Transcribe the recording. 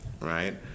right